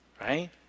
right